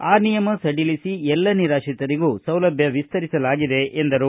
ಆ ನಿಯಮ ಸಡಿಲಿಸಿ ಎಲ್ಲ ನಿರಾಶ್ರಿತರಿಗೂ ಸೌಲಭ್ಯ ವಿಸ್ತರಿಸಲಾಗಿದೆ ಎಂದರು